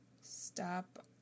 Stop